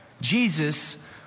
Jesus